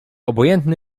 obojętny